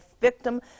victim